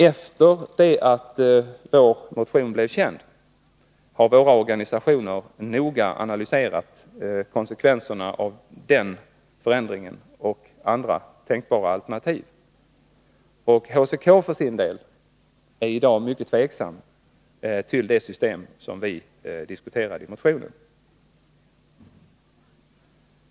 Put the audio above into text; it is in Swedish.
Efter det att vår motion blev känd har våra organisationer noga analyserat konsekvensen av den förändringen och andra tänkbara alternativ. HCK är för sin del i dag mycket tveksam till det system som vi diskuterat i motionen.